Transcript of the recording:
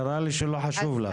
נראה לי שזה לא חשוב לך.